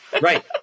Right